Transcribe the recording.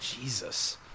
Jesus